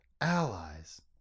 allies